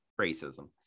Racism